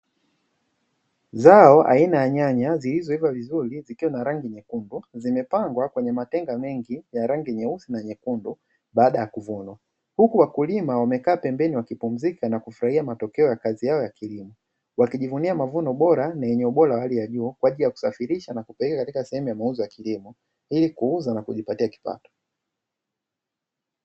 Zao aina ya nyanya zilizoiva vizuri tukio na rangi nyekundu zimepangwa kwenye matenga mengi ya rangi nyeusi na nyekundu baada ya kuvunwa huku wakulima wamekaa pembeni wakipumzika na kufurahia matokeo ya kazi yao wakijivunia mavuno bora na yenye ubora wa hali ya juu kwa ajili ya kusafirisha na kupeleka katika sehemu ya mauzo ya kilimo ili kuuza na kujipatia kipato.